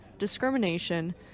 discrimination